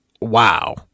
wow